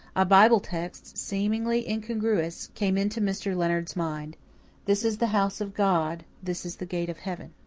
a bible text, seemingly incongruous, came into mr. leonard's mind this is the house of god this is the gate of heaven.